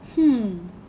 hmm